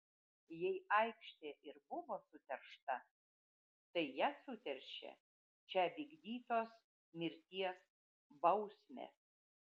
jei aikštė ir buvo suteršta tai ją suteršė čia vykdytos mirties bausmės